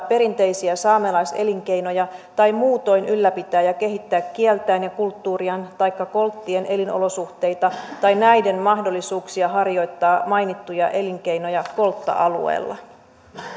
perinteisiä saamelaiselinkeinoja tai muutoin ylläpitää ja kehittää kieltään ja kulttuuriaan taikka kolttien elinolosuhteita tai näiden mahdollisuuksia harjoittaa mainittuja elinkeinoja koltta alueella